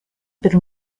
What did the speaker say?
per